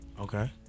Okay